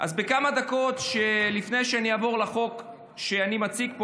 כמה דקות לפני שאני אעבור לחוק שאני מציג פה,